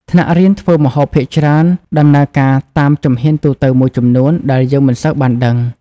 ថ្នាក់រៀនធ្វើម្ហូបភាគច្រើនដំណើរការតាមជំហានទូទៅមួយចំនួនដែលយើងមិនសូវបានដឹង ។